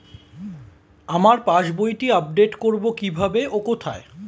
আমার পাস বইটি আপ্ডেট কোরবো কীভাবে ও কোথায়?